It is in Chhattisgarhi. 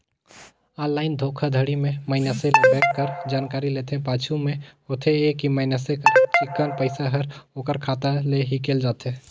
ऑनलाईन धोखाघड़ी में मइनसे ले बेंक कर जानकारी लेथे, पाछू में होथे ए कि मइनसे कर चिक्कन पइसा हर ओकर खाता ले हिंकेल जाथे